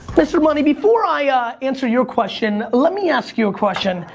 mister money, before i ah answer your question, let me ask you a question.